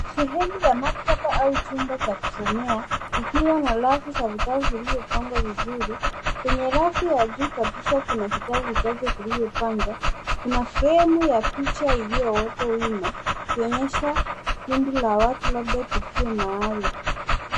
Sehemu ya maktaba au chumba che kusomea likiwa na rafu za vitabu zilizopangwa vizuri, kwenye rafu ya juu kabisa kuna vitabu vichache vilivyo pangwa, kuna fremu ya picha iliyowekwa wima ikionyesha kundi la watu, labda tukio maalum.